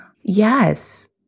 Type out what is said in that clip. Yes